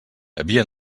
havia